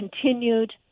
continued